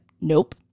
nope